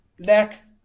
neck